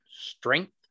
strength